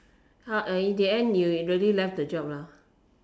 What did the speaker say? how in the end you really left the job